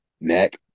neck